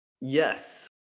yes